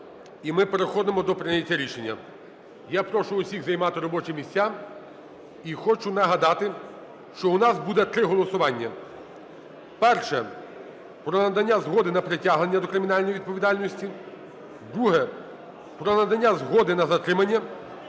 І ми переходимо до прийняття рішення. Я прошу всіх займати робочі місця. І хочу нагадати, що у нас буде три голосування. Перше – про надання згоди на притягнення до кримінальної відповідальності. Друге – про надання згоди на затримання.